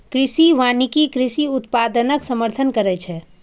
कृषि वानिकी कृषि उत्पादनक समर्थन करै छै